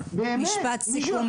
אבל באמת, למה?